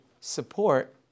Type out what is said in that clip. support